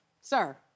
Sir